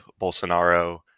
Bolsonaro